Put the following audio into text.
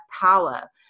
power